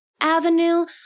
avenue